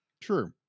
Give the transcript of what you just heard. True